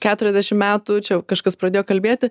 keturiasdešim metų čia jau kažkas pradėjo kalbėti